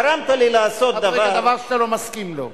גרמת לי לעשות דבר, דבר שאתה לא מסכים לו.